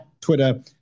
Twitter